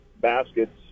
baskets